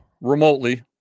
remotely